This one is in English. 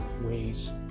ways